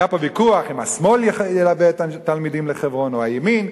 היה פה ויכוח אם השמאל ילווה תלמידים לחברון או הימין,